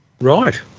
Right